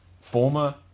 former